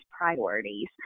priorities